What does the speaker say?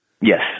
Yes